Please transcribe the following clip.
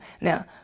Now